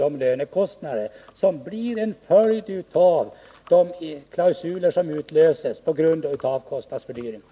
de löneökningar som blir en följd av de klausuler som nu utlöses på grund av kostnadsfördyringarna.